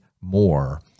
more